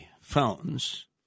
fountains